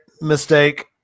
Mistake